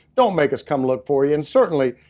don't make us come look for you, and certainly,